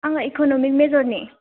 आंना इकनमिक मोजरनि